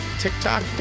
TikTok